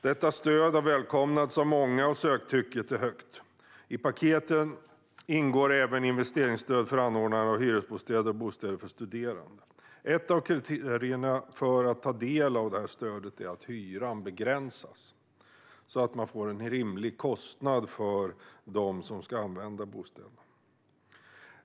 Detta stöd har välkomnats av många, och söktrycket är högt. I paketet ingår även investeringsstöd för anordnande av hyresbostäder och bostäder för studerande. Ett av kriterierna för att ta del av detta stöd är att hyran begränsas, så att man får en rimlig kostnad för dem som ska använda bostäderna.